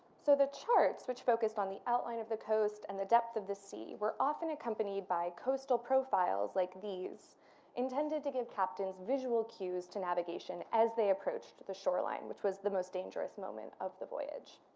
so the charts which focused on the outline of the coast and the depth of the sea were often accompanied by coastal profiles like these intended to give captain's visual cues to navigation as they approached the shore line which was the most dangerous moment of the voyage.